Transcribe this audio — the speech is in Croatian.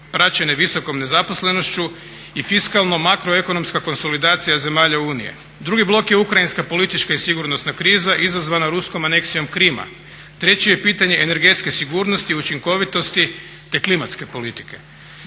praćene visokom nezaposlenošću i fiskalna makroekonomska konsolidacija zemalja Unije. Drugi blok je ukrajinska i sigurnosna kriza izazvana ruskom aneksijom Krima. Teći je pitanje energetske sigurnosti i učinkovitosti, te klimatske politike.